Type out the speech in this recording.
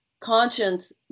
conscience